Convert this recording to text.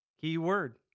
Keyword